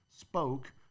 spoke